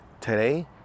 today